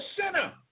sinner